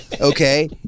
Okay